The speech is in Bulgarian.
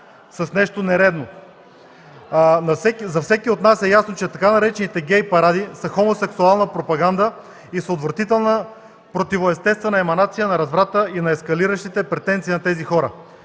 (Реплики от ГЕРБ.) За всеки от нас е ясно, че така наречените „гей паради” са хомосексуална пропаганда и са отвратителна, противоестествена еманация на разврата и на ескалиращите претенции на тези хора.